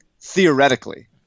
theoretically